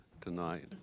tonight